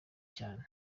cyane